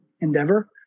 endeavor